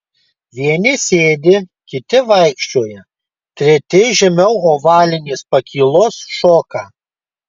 vieni sėdi kiti vaikščioja treti žemiau ovalinės pakylos šoka